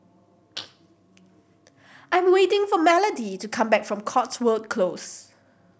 I'm waiting for Melodee to come back from Cotswold Close